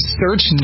search